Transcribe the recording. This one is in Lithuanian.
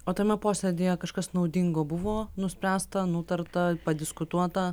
o tame posėdyje kažkas naudingo buvo nuspręsta nutarta padiskutuota